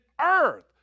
earth